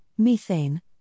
methane